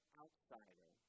outsider